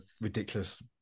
ridiculous